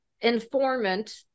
informant